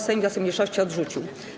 Sejm wniosek mniejszości odrzucił.